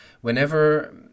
whenever